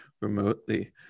remotely